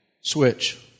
switch